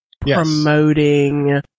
promoting